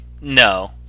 no